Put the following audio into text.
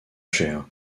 chères